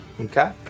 Okay